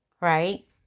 right